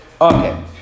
Okay